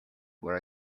where